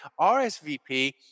RSVP